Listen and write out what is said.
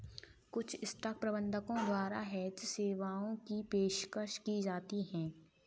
कुछ स्टॉक प्रबंधकों द्वारा हेज सेवाओं की पेशकश की जाती हैं